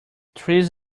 trees